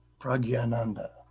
Pragyananda